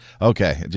Okay